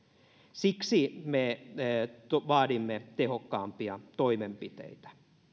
siksi me vaadimme tehokkaampia toimenpiteitä